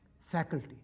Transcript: faculty